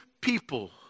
people